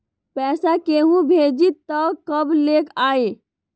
पैसा केहु भेजी त कब ले आई?